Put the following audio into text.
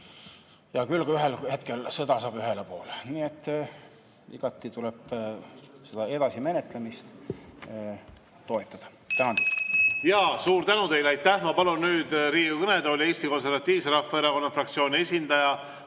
ja küll ühel hetkel sõda saab ühele poole. Nii et igati tuleb seda edasimenetlemist toetada.